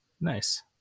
Nice